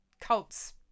cults